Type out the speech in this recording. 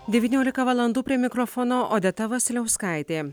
devyniolika valandų prie mikrofono odeta vasiliauskaitė